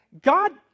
God